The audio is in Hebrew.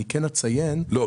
לא.